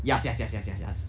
yes yes yes yes yes yes